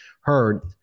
heard